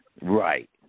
Right